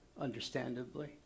understandably